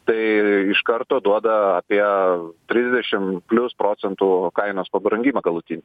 tai iš karto duoda apie trisdešim plius procentų kainos pabrangimą galutinį